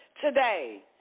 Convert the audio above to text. today